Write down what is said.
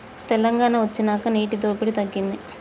తెలంగాణ వొచ్చినాక నీటి దోపిడి తగ్గింది